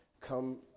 Come